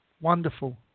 wonderful